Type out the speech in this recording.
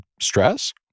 stress